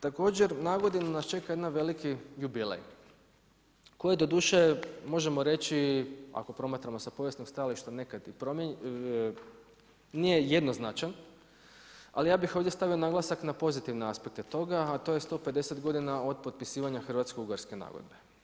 Također, na godinu nas čeka jedan veliki jubilej, koji doduše možemo reći, ako promatramo sa povijesnog stajališta, nije jednoznačan, ali ja bih ovdje stavio naglasak na pozitivne aspekte toga, a to je 150 godina od potpisivanja Hrvatsko-ugarske nagodbe.